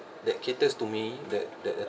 that caters to me that that